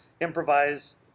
improvise